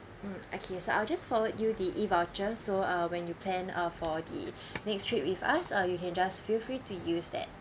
mm okay so I'll just forward you the E voucher so uh when you plan uh for the next trip with us uh you can just feel free to use that